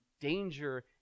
danger